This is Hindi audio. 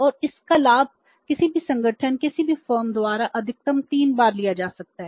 और इसका लाभ किसी भी संगठन किसी भी फर्म द्वारा अधिकतम 3 बार लिया जा सकता है